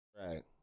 right